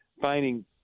finding